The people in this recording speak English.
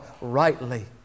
rightly